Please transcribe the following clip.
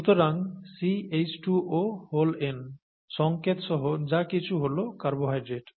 সুতরাং n সংকেত সহ যা কিছু হল কার্বোহাইড্রেট